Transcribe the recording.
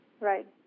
Right